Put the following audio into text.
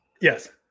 Yes